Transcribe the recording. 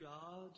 God